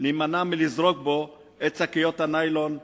להימנע מלזרוק בו את שקיות הניילון,